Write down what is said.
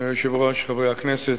היושב-ראש, חברי הכנסת,